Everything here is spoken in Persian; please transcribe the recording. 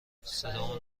صدامون